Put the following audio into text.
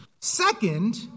Second